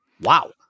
Wow